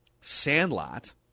Sandlot